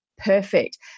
perfect